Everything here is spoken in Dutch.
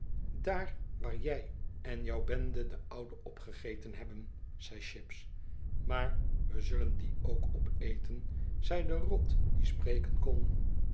daar waar jij en jou bende de ouwe opgegeten hebben zei chips maar we zullen die ook opeten zei de rot die spreken kon